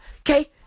Okay